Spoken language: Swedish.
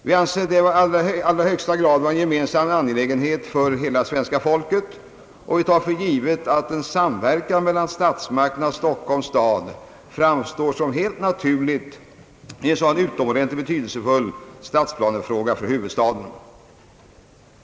Vi anser detta vara i allra högsta grad en gemensam angelägenhet för hela svenska folket, om vi tar för givet att en samverkan mellan statsmakterna och Stockholms stad framstår som helt naturlig i en för huvudstaden så utomordentligt betydelsefull stadsplanefråga.